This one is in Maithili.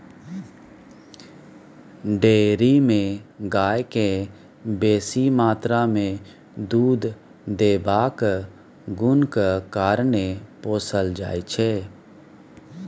डेयरी मे गाय केँ बेसी मात्रा मे दुध देबाक गुणक कारणेँ पोसल जाइ छै